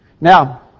Now